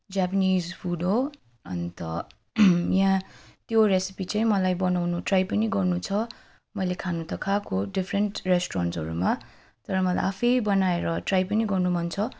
Japanese food हो अन्त यहाँ त्यो रेसेपी चाहिँ मलाई बनाउनु ट्राई पनि गर्नु छ मैले खानु त खाएको डिफ्रेन्ट रेस्टुरेन्ट्सहरूमा तर मलाई आफै बनाएर ट्राई पनि गर्नु मन छ